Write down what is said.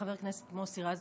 חבר הכנסת מוסי רז,